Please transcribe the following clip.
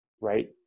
right